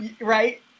right